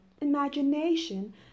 Imagination